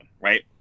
Right